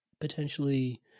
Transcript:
potentially